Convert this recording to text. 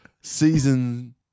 season